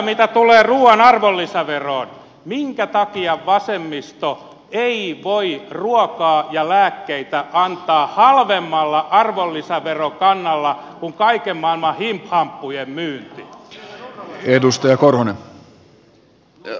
mitä tulee ruuan arvonlisäveroon niin minkä takia vasemmisto ei voi ruokaa ja lääkkeitä antaa halvemmalla arvonlisäverokannalla kuin kaiken maailman himphamppujen myynnin